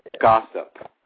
gossip